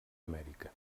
amèrica